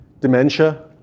dementia